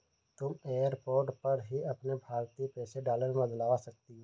तुम एयरपोर्ट पर ही अपने भारतीय पैसे डॉलर में बदलवा सकती हो